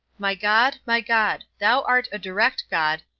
my god, my god, thou art a direct god,